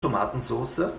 tomatensoße